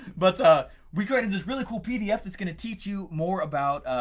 but we created this really cool pdf that's gonna teach you more about.